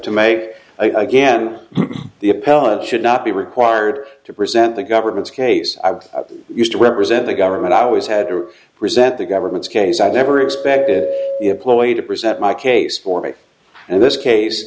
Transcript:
to may again the appellant should not be required to present the government's case i've used to represent the government always had or resent the government's case i never expected the employee to present my case for me and this case